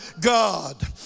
God